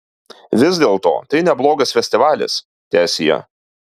vis dėlto tai neblogas festivalis teesie